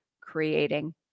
creating